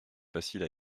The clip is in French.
facile